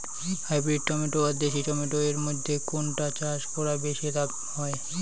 Hybrid tomato আর দেশি tomato এর মইধ্যে কোনটা চাষ করা বেশি লাভ হয়?